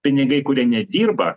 pinigai kurie nedirba